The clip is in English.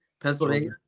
Pennsylvania